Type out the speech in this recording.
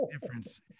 Difference